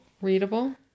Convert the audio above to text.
Readable